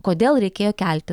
kodėl reikėjo kelti